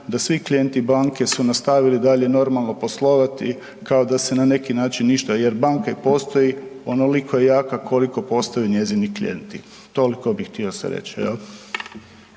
da svi klijenti banke su nastavili dalje normalno poslovati kao da se na neki način ništa jer banke postoji onoliko je jaka koliko postoje njezini klijenti, toliko bi htio sad reći